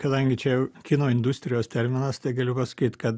kadangi čia jau kino industrijos terminas tai galiu pasakyt kad